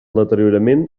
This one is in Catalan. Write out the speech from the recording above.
deteriorament